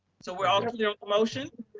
so we're all sort of you know emotion.